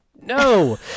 no